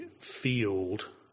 field